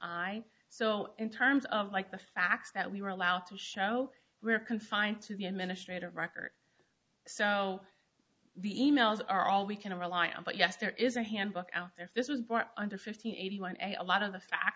i so in terms of like the facts that we were allowed to show we're confined to the administrative record so the emails are all we can rely on but yes there is a handbook out there this was brought under fifteen eighty one and a lot of the fact